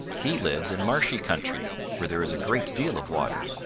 he lives in marshy country where there is a great deal of water.